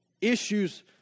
issues